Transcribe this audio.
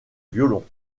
violon